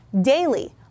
daily